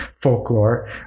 folklore